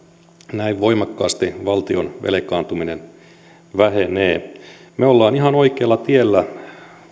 näin voimakkaasti valtion velkaantuminen vähenee me olemme ihan oikealla tiellä